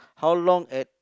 how long at